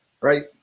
Right